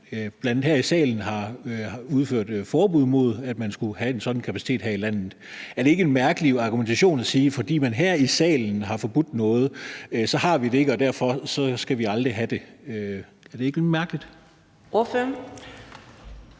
man bl.a. her i salen har indført forbud mod, at man skulle have en sådan kapacitet her i landet. Er det ikke en mærkelig argumentation at sige, at fordi man her i salen har forbudt noget, har vi det ikke, og derfor skal vi aldrig have det? Er det ikke lidt mærkeligt?